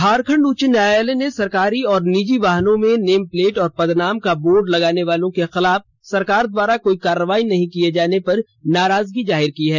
झारखंड उच्च न्यायालय ने सरकारी और निजी वाहनों में नेम प्लेट और पदनाम का बोर्ड लगाने वालों के खिलाफ सरकार द्वारा कोई कार्रवाई नहीं किए जाने पर नाराजगी जाहिर की है